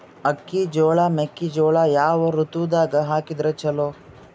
ಅಕ್ಕಿ, ಜೊಳ, ಮೆಕ್ಕಿಜೋಳ ಯಾವ ಋತುದಾಗ ಹಾಕಿದರ ಚಲೋ?